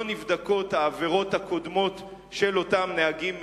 לא נבדקות העבירות הקודמות של אותם נהגים מקצועיים,